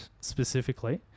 specifically